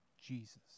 Jesus